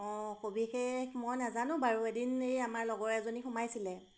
অঁ সবিশেষ মই নাজানো বাৰু এদিন এই আমাৰ লগৰ এজনী সোমাইছিলে